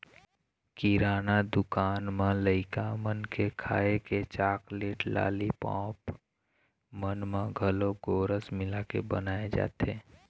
किराना दुकान म लइका मन के खाए के चाकलेट, लालीपॉप मन म घलोक गोरस मिलाके बनाए जाथे